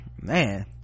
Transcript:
man